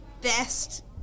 best